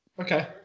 Okay